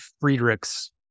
Friedrichs